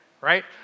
right